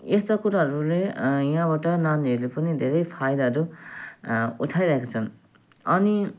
यस्ता कुराहरूले यहाँबाट नानीहरूले पनि धेरै फाइदाहरू उठाइरहेका छन् अनि